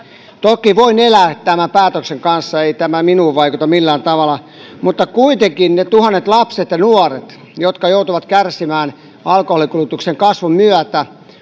toki voin elää tämän päätöksen kanssa ei tämä minuun vaikuta millään tavalla mutta kuitenkin ne tuhannet lapset ja nuoret jotka joutuvat kärsimään alkoholinkulutuksen kasvun myötä